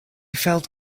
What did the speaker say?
felt